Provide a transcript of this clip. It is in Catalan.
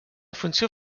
funció